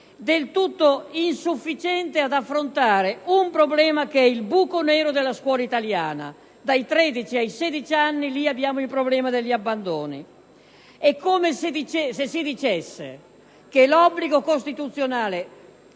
del tutto insufficiente ad affrontare un problema che è il buco nero della scuola italiana: dai 13 ai 16 anni abbiamo il problema degli abbandoni. È come se si dicesse che l'obbligo costituzionale